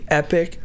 epic